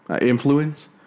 influence